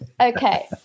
okay